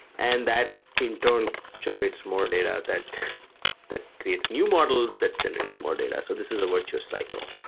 and that in turn generates more data that that creates new models that generates more data. so this is a virtuous cycle.